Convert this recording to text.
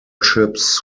ships